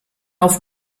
auf